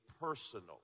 personal